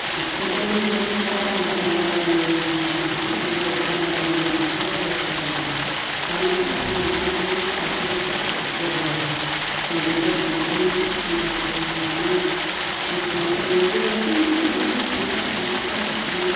इफायदियावनो इफायदि दा जाम्बा जाम्बि आग्लानि मानसिफोरानो जाम्बा जाम्बि जाना थाबाय आरो एख' रोङा दानिफोरासो मालाय दानिफोराल' लके जेबो जोंबो गथ'निफ्रायनो साख्रि बाख्रि लानाय मिसनाव फरायनाय जोंथ' मिसनखोनो मिथियामोनना सिगां प्राइभेटखोनो